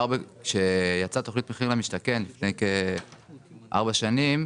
כשיצאה תוכנית מחיר למשתכן לפני כ-4 שנים,